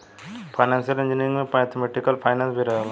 financial engineering में mathematical finance भी रहेला